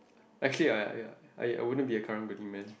actually ya ya ya I wouldn't be a karang-guni man